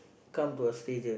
come to a stage a